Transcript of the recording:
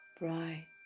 bright